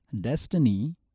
destiny